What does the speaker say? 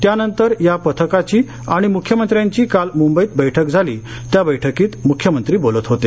त्यानंतर या पथकाची आणि मुख्यमंत्र्यांची काल मुंबईत बैठक झाली त्या बैठकीत मुख्यमंत्री बोलत होते